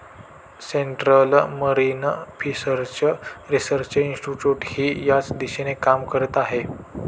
central marine fishers research इन्स्टिट्यूटही याच दिशेने काम करत आहे